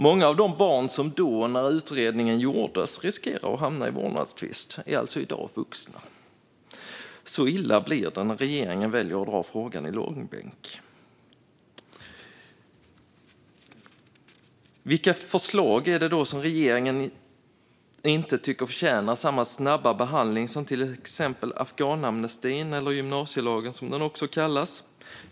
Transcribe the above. Många av de barn som när utredningen gjordes riskerade att hamna i en vårdnadstvist är i dag vuxna. Så illa blir det när regeringen väljer att dra frågan i långbänk. Vilka förslag är det då som regeringen inte tyckt förtjänar samma snabba behandling som till exempel afghanamnestin, eller gymnasielagen som den också kallas?